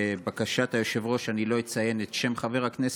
לבקשת היושב-ראש אני לא אציין את שם חבר הכנסת.